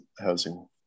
housing